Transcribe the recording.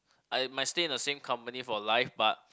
I might stay in the same company for life but